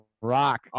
rock